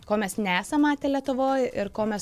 ko mes nesam matę lietuvoj ir ko mes